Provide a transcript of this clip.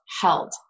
held